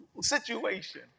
situation